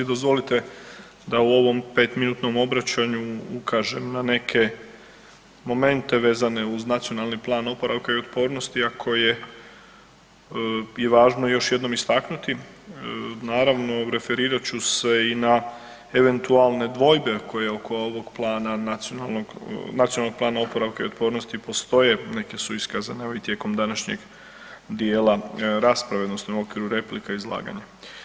Dozvolite da u ovom 5-minutnom obraćanju ukažem na neke momente vezane uz Nacionalni plan oporavka i otpornosti, a koje i važno je još jednom istaknuti, naravno referirat ću se i na eventualne dvojbe koje oko ovog plana nacionalnog, Nacionalnog plana oporavka i otpornosti postoje, neke su iskazane evo i tijekom današnjeg djela rasprave odnosno i u okviru replika i izlaganja.